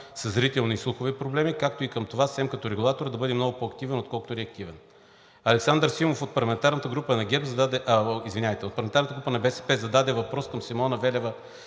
със зрителни и слухови проблеми, както и към това СЕМ като регулатор да бъде много по-активен, отколкото реактивен. Александър Симов от парламентарната група на БСП зададе въпрос към Симона Велева